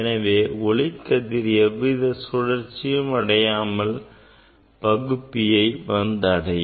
எனவே ஒளிக்கதிர் எவ்வித சுழற்சியும் அடையாமல் பகுப்பியை வந்து அடையும்